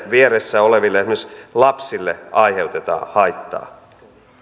vieressä oleville esimerkiksi lapsille aiheutetaan haittaa